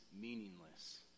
meaningless